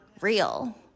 real